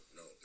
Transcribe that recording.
no